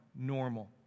normal